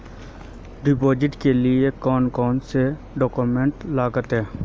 Deposit के लिए कौन कौन से डॉक्यूमेंट लगते?